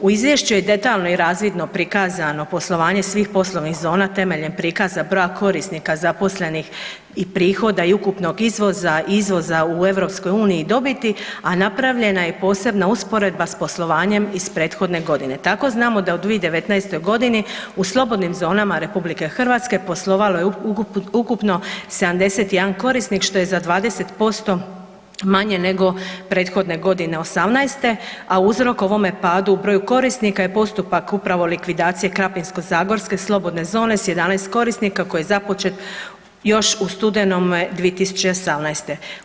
U izvješću je detaljno i razvidno prikazano poslovanje svih poslovnih zona temeljem prikaza broja korisnika zaposlenih i prohoda i ukupnog izvoza i izvoza u EU dobiti, a napravljena ne posebna usporedba s poslovanjem iz prethodne godine tako znamo da u 2019. g. u slobodnim zonama RH poslovalo je ukupno 71 korisnik, što je za 20% manje nego prethodne godine, 2018., a uzrok ovome padu broju korisnika je postupak upravo likvidacije krapinsko-zagorske slobodne zone s 11 korisnika koji je započet još u studenome 2018.